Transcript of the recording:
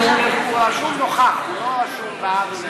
רשום "נוכח", לא רשום בעד או נגד.